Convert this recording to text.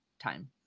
time